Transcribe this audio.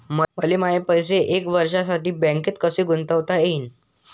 मले माये पैसे एक वर्षासाठी बँकेत कसे गुंतवता येईन?